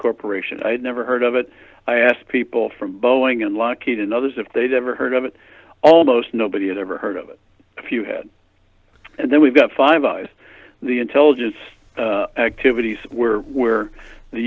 corporation i had never heard of it i asked people from boeing and lockheed and others if they'd ever heard of it almost nobody had ever heard of it if you had and then we've got five the intelligence activities were where the